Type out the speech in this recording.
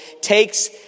takes